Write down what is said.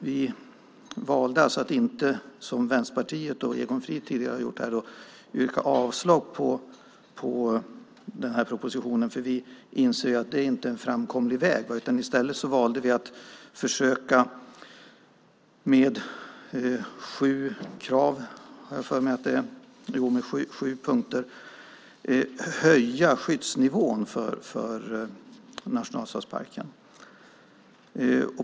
Vi valde att inte, som Vänsterpartiet och Egon Frid tidigare har gjort, yrka avslag på propositionen eftersom vi inser att det inte är en framkomlig väg. I stället valde vi att med hjälp av sju punkter försöka höja skyddsnivån för nationalstadsparken.